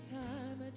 time